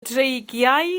dreigiau